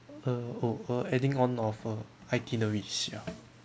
uh oh uh adding on of a itinerary sia